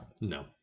No